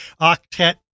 octet